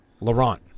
Laurent